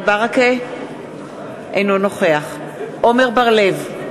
אינו נוכח עמר בר-לב,